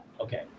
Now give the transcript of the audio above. okay